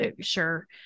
sure